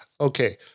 Okay